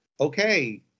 okay